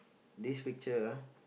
this picture ah